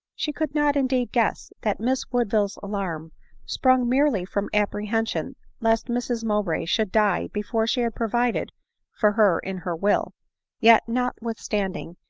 she could not indeed guess that miss woodville's alarm sprung merely from apprehension lest mrs mowbray should die before she had provided for her in her will yet, notwithstanding,